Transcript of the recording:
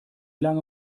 lange